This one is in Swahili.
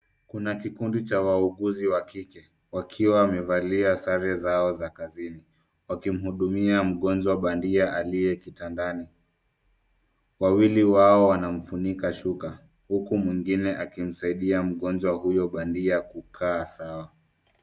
Kuna kikundi cha wauguzi wa kike wakiwa wamevalia sare zao za kazini ,wakimhudumia mgonjwa bandia aliye kitandani. Wawili wao wanamfunika shuka huku mwingine akimsaidia mgonjwa huyo bandia kukaa sawa.